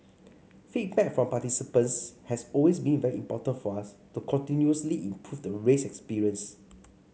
feedback from participants has always been very important for us to continuously improve the race experience